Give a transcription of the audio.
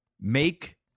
Make